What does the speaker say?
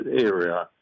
area